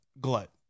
Glut